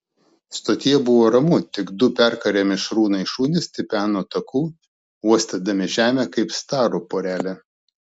stotyje buvo ramu tik du perkarę mišrūnai šunys tipeno taku uostydami žemę kaip starų porelė